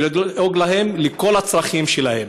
לדאוג לכל הצרכים שלהם.